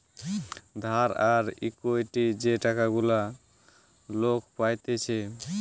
ধার আর ইকুইটি যে টাকা গুলা লোক পাইতেছে